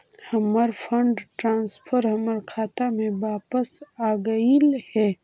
हमर fund transfer हमर खाता में वापस आगईल हे